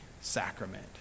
sacrament